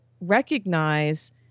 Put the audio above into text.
recognize